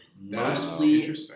Mostly